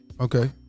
okay